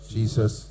Jesus